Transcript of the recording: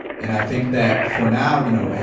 and i think that for now, you know, and